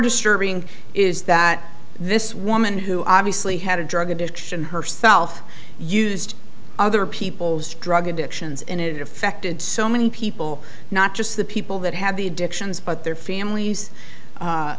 disturbing is that this woman who obviously had a drug addiction herself used other people's drug addictions and it affected so many people not just the people that had the addictions but their families